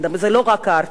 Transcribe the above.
זו לא רק ההרתעה,